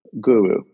guru